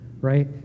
right